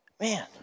Man